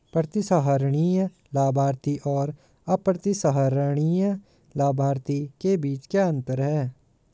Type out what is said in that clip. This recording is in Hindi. प्रतिसंहरणीय लाभार्थी और अप्रतिसंहरणीय लाभार्थी के बीच क्या अंतर है?